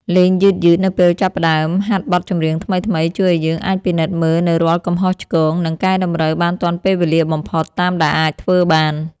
លេងយឺតៗនៅពេលចាប់ផ្តើមហាត់បទចម្រៀងថ្មីៗជួយឱ្យយើងអាចពិនិត្យមើលនូវរាល់កំហុសឆ្គង និងកែតម្រូវបានទាន់ពេលវេលាបំផុតតាមដែលអាចធ្វើបាន។